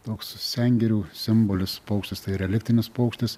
toks sengirių simbolis paukštis tai reliktinis paukštis